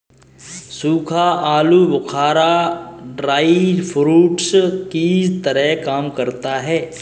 सूखा आलू बुखारा ड्राई फ्रूट्स की तरह काम करता है